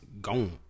gone